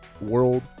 World